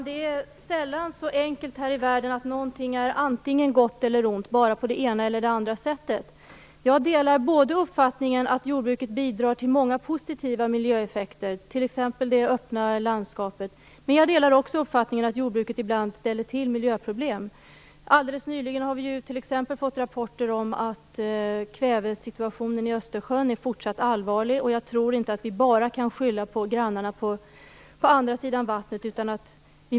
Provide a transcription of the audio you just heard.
Herr talman! Sällan är det så enkelt här i världen att någonting är antingen gott eller ont bara på det ena eller på det andra sättet. Jag delar uppfattningen att jordbruket bidrar till många positiva miljöeffekter, t.ex. det öppna landskapet. Jag delar också uppfattningen att jordbruket ibland ställer till med miljöproblem. Alldeles nyligen fick vi t.ex. rapporter om att kvävesituationen i Östersjön är fortsatt allvarlig. Jag tror inte att vi bara kan skylla på grannarna på andra sidan vattnet.